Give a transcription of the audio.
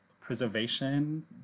preservation